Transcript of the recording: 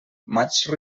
maig